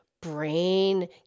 brain